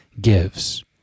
gives